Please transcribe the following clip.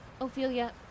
Ophelia